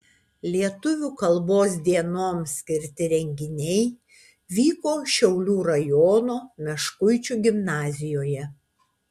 lietuvių kalbos dienoms skirti renginiai vyko šiaulių rajono meškuičių gimnazijoje